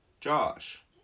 Josh